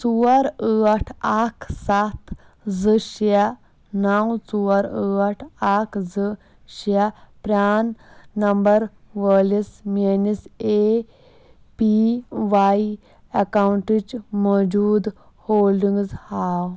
ژور ٲٹھ اکھ ستھ زٕ شیٚے نو ژور ٲٹھ اکھ زٕ شیٚے پران نمبر وٲلِس میٲنِس اے پی وای اکاؤنٹٕچ موٗجوٗدٕ ہولڈنگز ہاو